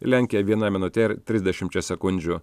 lenkia viena minute ir trisdešimčia sekundžių